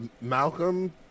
Malcolm